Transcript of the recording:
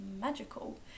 magical